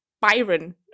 Byron